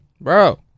bro